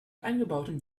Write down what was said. eingebautem